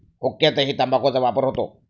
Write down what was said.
हुक्क्यातही तंबाखूचा वापर होतो